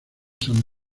san